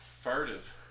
furtive